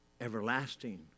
Everlasting